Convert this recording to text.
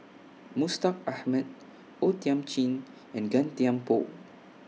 Mustaq Ahmad O Thiam Chin and Gan Thiam Poh